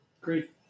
Great